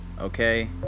Okay